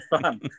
fun